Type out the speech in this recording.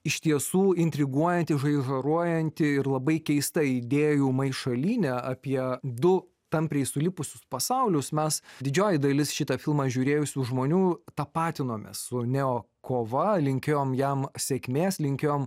iš tiesų intriguojanti žaižaruojanti ir labai keista idėjų maišalynė apie du tampriai sulipusius pasaulius mes didžioji dalis šitą filmą žiūrėjusių žmonių tapatinomės su neo kova linkėjom jam sėkmės linkėjom